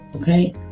Okay